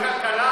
אפשר כלכלה.